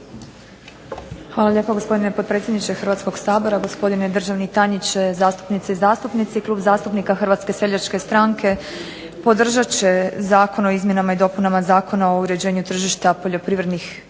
Hvala lijepa gospodine potpredsjedniče Hrvatskog sabora, gospodine državni tajniče, zastupnice i zastupnici. Klub zastupnika Hrvatske seljačke stranke podržat će Zakon o izmjenama i dopunama Zakona o uređenju tržišta poljoprivrednih